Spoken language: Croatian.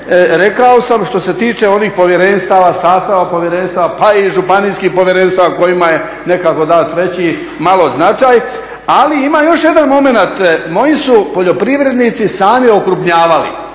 Rekao sam što se tiče ovih povjerenstava, sastava povjerenstava pa i županijskih povjerenstava kojima je nekako dat veći malo značaj. Ali ima još jedan momenat. Moji su poljoprivrednici sami okrupnjavali,